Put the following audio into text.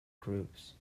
groups